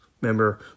Remember